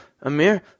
Amir